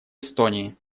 эстонии